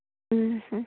ꯎꯝꯍꯨꯝ